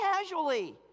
casually